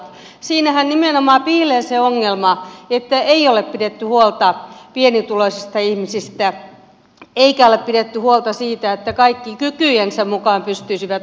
siinähän nimenomaan piilee se ongelma että ei ole pidetty huolta pienituloisista ihmisistä eikä ole pidetty huolta siitä että kaikki kykyjensä mukaan pystyisivät osallistumaan